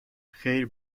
خیر